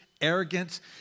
arrogance